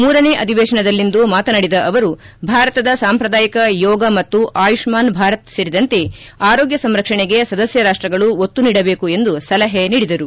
ಮೂರನೇ ಅಧಿವೇತನದಲ್ಲಿಂದು ಮಾತನಾಡಿದ ಅವರು ಭಾರತದ ಸಾಂಪ್ರದಾಯಿಕ ಯೋಗ ಮತ್ತು ಆಯುಷ್ ಮಾನ್ ಭಾರತ್ ಸೇರಿದಂತೆ ಆರೋಗ್ಯ ಸಂರಕ್ಷಣೆಗೆ ಸದಸ್ಯ ರಾಷ್ಸಗಳು ಒತ್ತು ನೀಡಬೇಕು ಎಂದು ಸಲಹೆ ನೀಡಿದರು